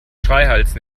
schreihals